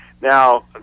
Now